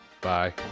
Bye